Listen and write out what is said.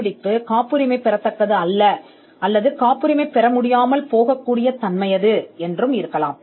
முடிவு காப்புரிமை பெற முடியாது அல்லது காப்புரிமை பெறக்கூடாது என்று கூறி எதிர்மறையாக இருக்கலாம்